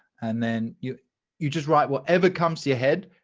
and then you you just write whatever comes to your head